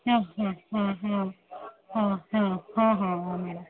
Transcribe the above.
ହଁ ହଁ ହଁ ହଁ ହଁ ହଁ ହଁ ହଁ ହ